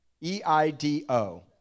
E-I-D-O